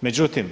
Međutim,